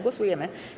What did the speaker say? Głosujemy.